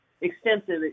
extensive